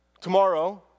tomorrow